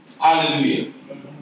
Hallelujah